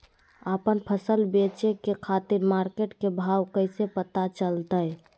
आपन फसल बेचे के खातिर मार्केट के भाव कैसे पता चलतय?